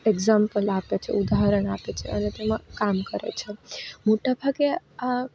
example આપે છે ઉદાહરણ આપે છે અને તેમાં કામ કરે છે મોટા ભાગે આ